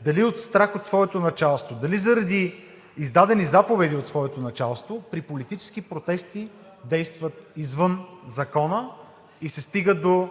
дали от страх от своето началство, дали заради издадени заповеди от своето началство при политически протести, действат извън закона и се стига до